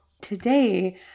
today